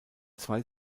zwei